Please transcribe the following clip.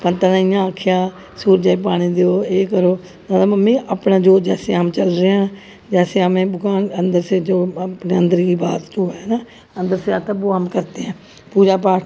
पन्तै ने इ'यां आखेआ सुरजै गी पानी देओ एह् करो आखदा मम्मी अपना जो जेसै हम चल रहे है जेसै हमें भगवान अंदर से जो गी अंदर की बात जो है ना अंदर से आता बो हम करते है पूजा पाठ